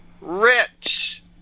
rich